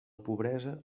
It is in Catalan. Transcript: pobresa